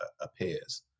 appears